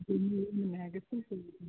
ഉം ഉം